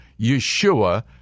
Yeshua